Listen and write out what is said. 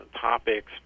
topics